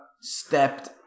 stepped